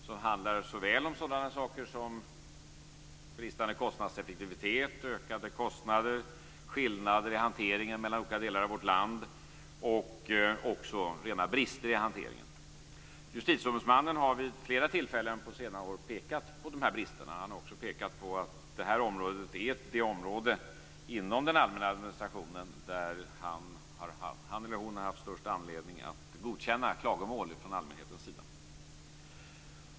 Det handlar om bristande kostnadseffektivitet, ökade kostnader, skillnader i hanteringen mellan olika delar av vårt land och också om rena brister i hanteringen. Justitieombudsmannen har vid flera tillfällen på senare år pekat på dessa brister. Justitieombudsmannen har också pekat på att detta område är det område inom den allmänna administrationen där han eller hon har haft störst anledning att godkänna klagomål från allmänhetens sida.